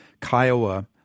Kiowa